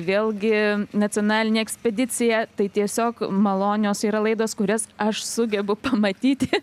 vėlgi nacionalinė ekspedicija tai tiesiog malonios yra laidos kurias aš sugebu pamatyti